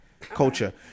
culture